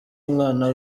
umwana